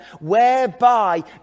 whereby